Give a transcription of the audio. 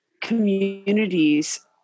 communities